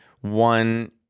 One